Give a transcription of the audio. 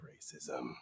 racism